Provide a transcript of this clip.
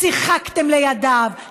שיחקתם לידיו,